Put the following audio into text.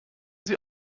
sie